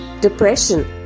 depression